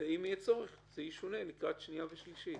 ואם יהיה צורך, זה ישונה לקראת שנייה ושלישית.